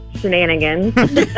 shenanigans